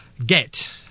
get